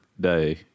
day